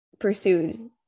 pursued